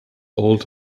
old